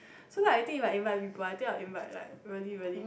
so like I think if I invite people I will invite like really really